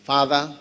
Father